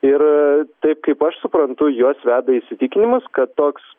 ir taip kaip aš suprantu juos veda įsitikinimas kad toks